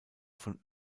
von